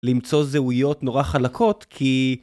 למצוא זהויות נורא חלקות כי...